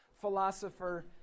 philosopher